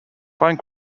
pine